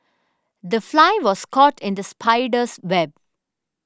the fly was caught in the spider's web